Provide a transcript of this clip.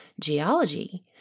Geology